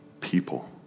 People